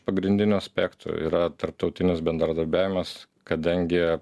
pagrindinių aspektų yra tarptautinis bendradarbiavimas kadangi